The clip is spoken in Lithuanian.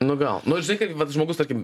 nu gal nu žinai kad vat žmogus tarkim